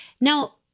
Now